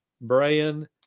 Brian